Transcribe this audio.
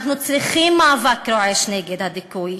אנחנו צריכים מאבק רועש נגד הדיכוי.